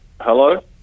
Hello